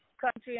country